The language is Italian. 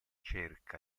cerca